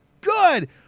good